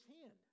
hand